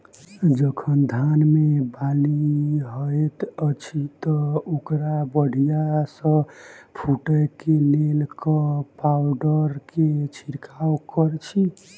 जखन धान मे बाली हएत अछि तऽ ओकरा बढ़िया सँ फूटै केँ लेल केँ पावडर केँ छिरकाव करऽ छी?